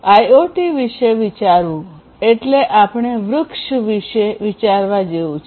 IoT વિશે વિચારવું એટલે આપણે વૃક્ષ વિશે વિચારવા જેવું છે